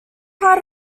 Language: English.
part